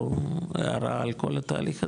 או הערה על כל התהליך הזה?